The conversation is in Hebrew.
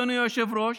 אדוני היושב-ראש,